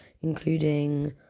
including